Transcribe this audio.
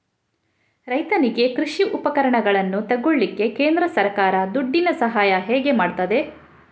ರೈತನಿಗೆ ಕೃಷಿ ಉಪಕರಣಗಳನ್ನು ತೆಗೊಳ್ಳಿಕ್ಕೆ ಕೇಂದ್ರ ಸರ್ಕಾರ ದುಡ್ಡಿನ ಸಹಾಯ ಹೇಗೆ ಮಾಡ್ತದೆ?